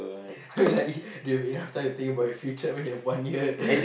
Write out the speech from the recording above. I mean like do you have enough time to think about your future when you have one year